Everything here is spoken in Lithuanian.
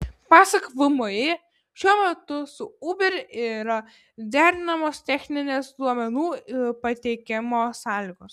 pasak vmi šiuo metu su uber yra derinamos techninės duomenų pateikimo sąlygos